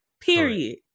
Period